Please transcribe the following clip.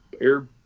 air